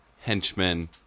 henchmen